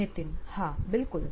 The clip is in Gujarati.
નીતિન હા બિલકુલ